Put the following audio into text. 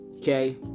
Okay